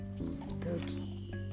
spooky